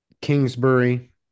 Kingsbury